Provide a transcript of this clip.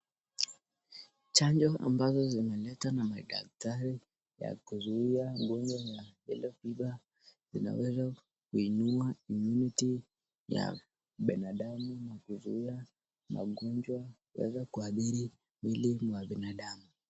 Chanjo ambazo zimeletwa na madaktari ya kuzuia ugonjwa na zinaweza kuinua (cs) community (cs) ya binadamu na kuzuia magonjwa yanaweza kuadhili mwili wa binadamu.